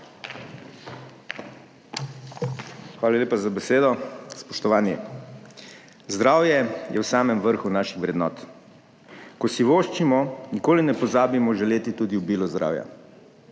Hvala lepa za besedo. Spoštovani. Zdravje je v samem vrhu naših vrednot. Ko si voščimo nikoli ne pozabimo želeti tudi obilo zdravja.